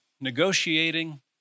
negotiating